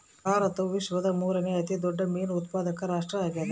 ಭಾರತವು ವಿಶ್ವದ ಮೂರನೇ ಅತಿ ದೊಡ್ಡ ಮೇನು ಉತ್ಪಾದಕ ರಾಷ್ಟ್ರ ಆಗ್ಯದ